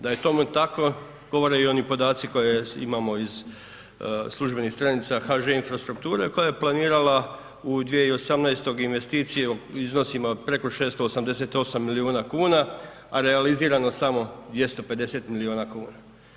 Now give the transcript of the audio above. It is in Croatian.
Da je tome tako, govore i oni podaci koje imamo iz službenih stranica HŽ Infrastrukture koja je planirala u 2018. investiciju u iznosima preko 688 milijuna kuna, a realizirano samo 250 milijuna kuna.